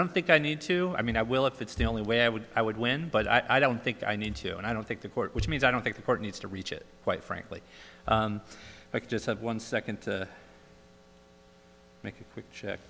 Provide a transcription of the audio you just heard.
don't think i need to i mean i will if it's still only way i would i would win but i don't think i need to and i don't think the court which means i don't think the court needs to reach it quite frankly but i just have one second to make a quick check